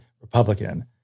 Republican